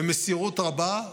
במסירות רבה,